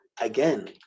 Again